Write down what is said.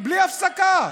בלי הפסקה.